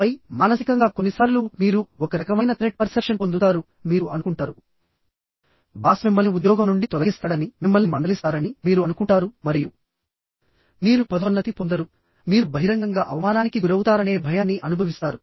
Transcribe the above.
ఆపై మానసికంగా కొన్నిసార్లు మీరు ఒక రకమైన త్రెట్ పర్సెప్షన్ పొందుతారు మీరు అనుకుంటారుబాస్ మిమ్మల్ని ఉద్యోగం నుండి తొలగిస్తాడని మిమ్మల్ని మందలిస్తారని మీరు అనుకుంటారు మరియుమీరు పదోన్నతి పొందరు మీరు బహిరంగంగా అవమానానికి గురవుతారనే భయాన్ని అనుభవిస్తారు